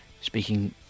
speaking